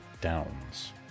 Downs